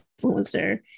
influencer